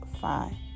fine